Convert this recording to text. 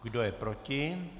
Kdo je proti?